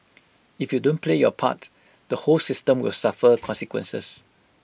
if you don't play your part the whole system will suffer consequences